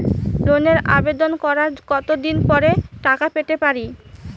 লোনের আবেদন করার কত দিন পরে টাকা পেতে পারি?